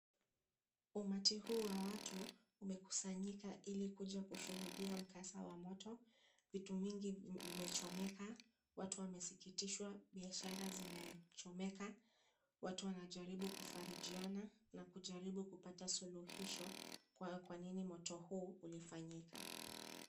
Umati huu wa watu umekusanyiki ili kushuhudia mkasa huu wa moto. Vitu vingi vimechomeka. Watu wamesikitiswha. Biashara zimechomeka. Watu wanajaribu kufarijiana na kujaribu kupata suluhisho kwa nini moto huu ulifanyika.